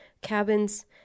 cabins